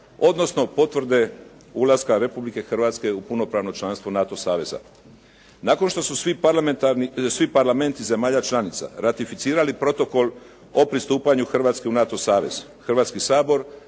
odnosno potvrde ulaska Republike Hrvatske u punopravno članstvo NATO saveza. Nakon što su svi parlamenti zemalja članica ratificirali Protokol o pristupanju Hrvatske u NATO savez, Hrvatski sabor